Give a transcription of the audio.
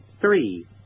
Three